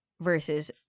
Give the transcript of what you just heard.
versus